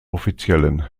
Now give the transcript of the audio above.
offiziellen